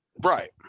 Right